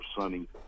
sunny